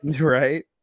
Right